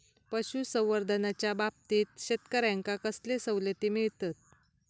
पशुसंवर्धनाच्याबाबतीत शेतकऱ्यांका कसले सवलती मिळतत?